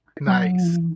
Nice